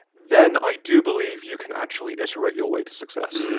then i do believe you can actually iterate your way to success.